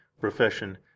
profession